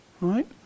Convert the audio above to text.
right